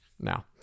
now